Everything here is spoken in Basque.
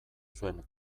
zuen